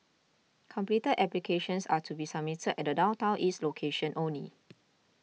completed applications are to be submitted at the Downtown East location only